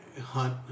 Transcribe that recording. hunt